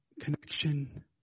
connection